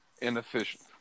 inefficient